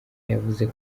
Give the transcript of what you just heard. yavuze